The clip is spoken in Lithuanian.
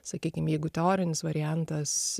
sakykim jeigu teorinis variantas